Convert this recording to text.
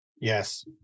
Yes